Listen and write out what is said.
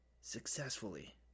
successfully